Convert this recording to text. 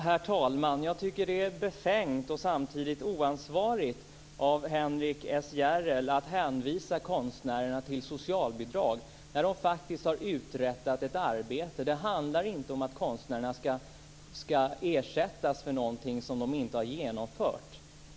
Herr talman! Jag tycker att det är befängt och samtidigt oansvarigt av Henrik S Järrel att hänvisa konstnärerna till socialbidrag när de faktiskt har uträttat ett arbete. Det handlar inte om att konstnärerna skall ersättas för någonting som de inte har utfört.